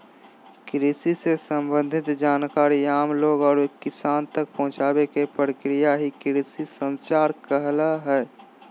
कृषि से सम्बंधित जानकारी आम लोग और किसान तक पहुंचावे के प्रक्रिया ही कृषि संचार कहला हय